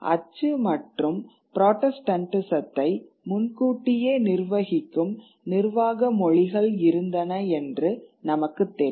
அச்சு மற்றும் புராட்டஸ்டன்டிசத்தை முன்கூட்டியே நிர்வகிக்கும் நிர்வாக மொழிகள் இருந்தன என்று நமக்குத் தெரியும்